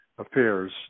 Affairs